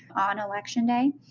on election day.